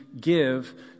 give